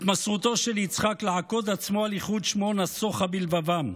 התמסרותו של יצחק לעקוד עצמו על ייחוד שמו נסוכה בלבבם.